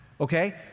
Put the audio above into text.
okay